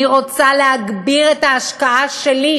אני רוצה להגביר את ההשקעה שלי,